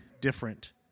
different